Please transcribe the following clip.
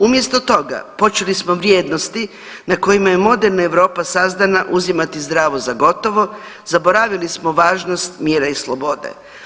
Umjesto toga počeli smo vrijednosti na kojima je moderna Europa sazdana uzimati zdravo za gotovo, zaboravili smo važnost mjera i slobode.